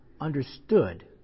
understood